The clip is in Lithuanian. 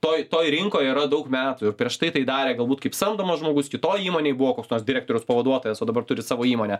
toj toj rinkoj yra daug metų prieš tai tai darė galbūt kaip samdomas žmogus kitoj įmonėje buvo koks nors direktoriaus pavaduotojas o dabar turi savo įmonę